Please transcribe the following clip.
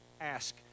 ask